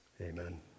Amen